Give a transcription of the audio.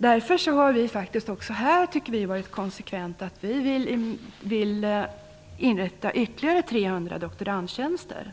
Därför tycker vi att vi också här varit konsekventa när vi velat inrätta ytterligare 300 doktorandtjänster